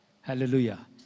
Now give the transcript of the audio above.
Hallelujah